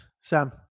Sam